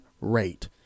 rate